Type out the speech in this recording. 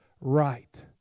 right